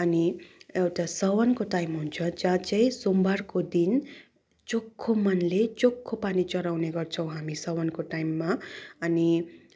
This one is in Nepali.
अनि एउटा साउनको टाइम हुन्छ जहाँ चाहिँ सोमवारको दिन चोखो मनले चोखो पानी चडाउने गर्छौँ हामी साउनको टाइममा अनि